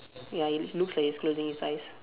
ya he looks like he's closing his eyes